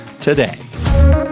today